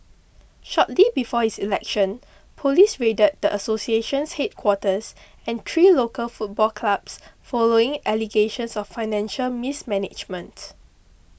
shortly before his election police raided the association's headquarters and three local football clubs following allegations of financial mismanagement